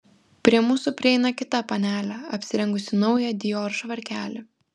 prie mūsų prieina kita panelė apsirengusi naują dior švarkelį